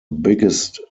biggest